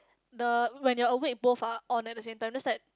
the when you're awake both are on at the same time just that